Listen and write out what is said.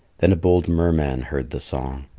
then a bold merman heard the song.